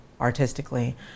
artistically